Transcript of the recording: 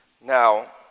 Now